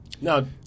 No